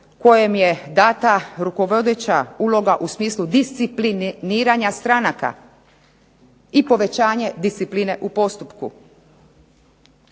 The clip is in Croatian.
kojem je data rukovodeća uloga u smislu discipliniranja stranaka i povećanje discipline u postupku.